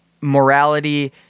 morality